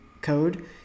code